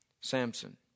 Samson